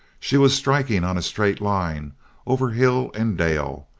she was striking on a straight line over hill and dale,